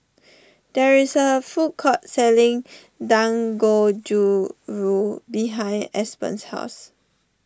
there is a food court selling Dangojiru behind Aspen's house